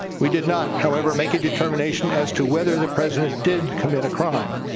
we did not, however, make a determination as to whether the president did commit a crime.